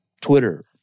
Twitter